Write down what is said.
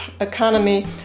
economy